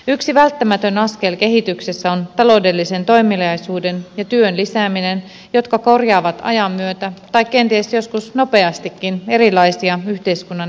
yksi välttämätön askel kehityksessä on taloudellisen toimeliaisuuden ja työn lisääminen mikä korjaa ajan myötä tai kenties joskus nopeastikin erilaisia yhteiskunnan epäkohtia